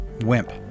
wimp